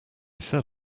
said